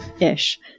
Ish